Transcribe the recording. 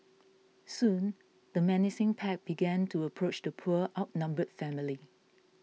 soon the menacing pack began to approach the poor outnumbered family